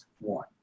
One